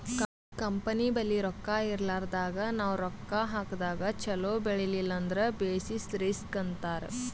company ಬಲ್ಲಿ ರೊಕ್ಕಾ ಇರ್ಲಾರ್ದಾಗ್ ನಾವ್ ರೊಕ್ಕಾ ಹಾಕದಾಗ್ ಛಲೋ ಬೆಳಿಲಿಲ್ಲ ಅಂದುರ್ ಬೆಸಿಸ್ ರಿಸ್ಕ್ ಅಂತಾರ್